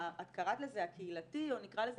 את קראת לזה הקהילתי או שנקרא לזה